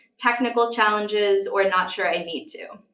technical challenges, or not sure i need to.